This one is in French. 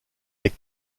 est